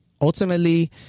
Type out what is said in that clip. ultimately